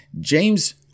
James